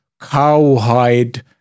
cowhide